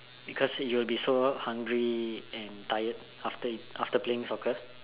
because you will be so hungry and tired after you after playing soccer